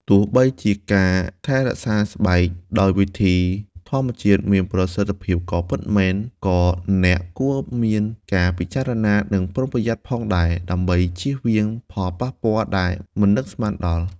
ទោះបីជាការថែរក្សាស្បែកដោយវិធីធម្មជាតិមានប្រសិទ្ធភាពក៏ពិតមែន ក៏អ្នកគួរមានការពិចារណា និងប្រុងប្រយ័ត្នផងដែរ ដើម្បីចៀសវាងផលប៉ះពាល់ដែលមិននឹកស្មានដល់។